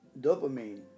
dopamine